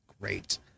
great